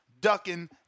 ducking